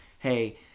Hey